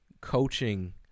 coaching